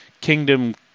Kingdom